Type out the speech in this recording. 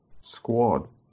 squad